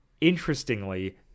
interestingly